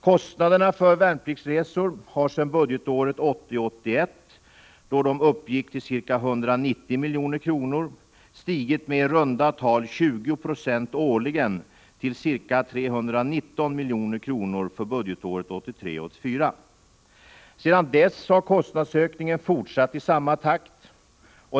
Kostnaderna för värnpliktsresor har sedan budgetåret 1980 84. Sedan dess har kostnadsökningen fortsatt i samma takt.